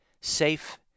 safe